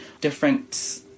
different